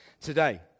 today